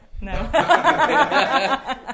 No